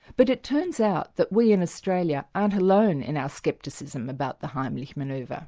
but it turns out that we in australia aren't alone in our scepticism about the heimlich manoeuvre. ah